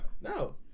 No